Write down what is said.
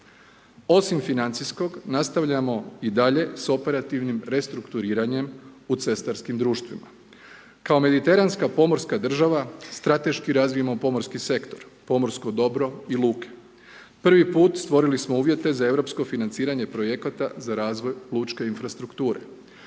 Osim financijskog nastavljamo i dalje s operativnim restrukturiranjem u cestarskim društvima. Kao mediteranska pomorska država strateški razvijamo pomorski sektor, pomorsko dobro i luke. Prvi put stvorili smo uvjete za europsko financiranje projekata za razvoj lučke infrastrukture.